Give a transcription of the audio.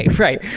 right.